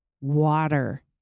water